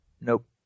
Nope